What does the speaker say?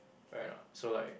correct or not so like